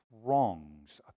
throngs